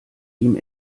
ihm